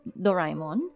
Doraemon